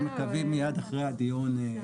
אנחנו מתכוונים מיד אחרי הדיון.